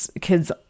kids